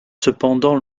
cependant